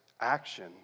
action